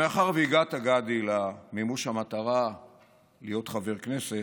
מאחר שהגעת, גדי, למימוש המטרה להיות חבר כנסת,